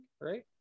right